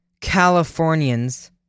Californians